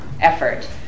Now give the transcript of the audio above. effort